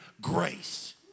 grace